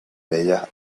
bellas